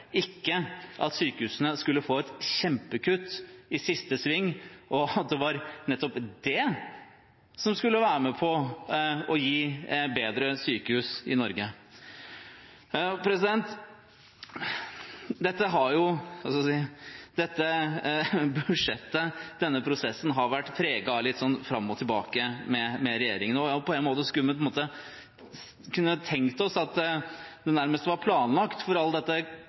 ikke at sykehusene skulle få et kjempekutt i siste sving – og at det var nettopp det som skulle være med på å gi bedre sykehus i Norge. Denne budsjettprosessen har vært preget av fram og tilbake med regjeringen. På en måte skulle man nesten trodd det var planlagt, for alt dette